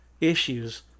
issues